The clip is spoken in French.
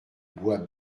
bois